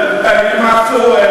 הם התמקצעו,